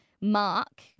Mark